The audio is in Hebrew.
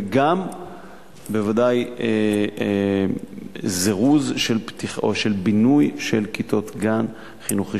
וגם בוודאי זירוז של בינוי של כיתות גן בחינוך רשמי.